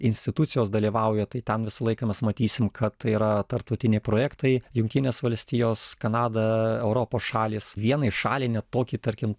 institucijos dalyvauja tai ten visą laiką mes matysim kad yra tarptautiniai projektai jungtinės valstijos kanada europos šalys vienai šaliai net tokiai tarkim